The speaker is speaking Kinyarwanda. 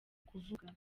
kuvuga